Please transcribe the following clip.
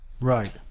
right